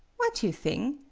what you thing?